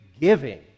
giving